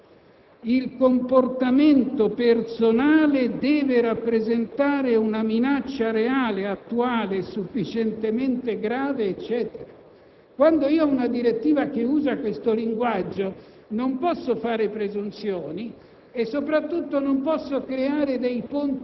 Vorrei che i colleghi che avanzano determinate proposte avessero presente sempre l'articolo 27 della direttiva, la quale dichiara che, ai fini dell'espulsione per motivi di sicurezza pubblica